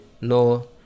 no